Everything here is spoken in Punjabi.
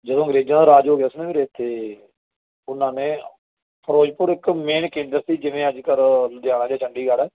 ਜਦੋਂ ਅੰਗਰੇਜ਼ਾ ਦਾ ਰਾਜ ਹੋ ਗਿਆ ਸੀ ਨਾ ਫਿਰ ਇੱਥੇ ਉਹਨਾਂ ਨੇ ਫਿਰੋਜ਼ਪੁਰ ਇੱਕ ਮੇਨ ਕੇਂਦਰ ਸੀ ਜਿਵੇਂ ਅੱਜ ਕੱਲ੍ਹ ਲੁਧਿਆਣਾ ਜਾਂ ਚੰਡੀਗੜ੍ਹ ਹੈ